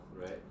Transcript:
right